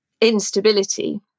instability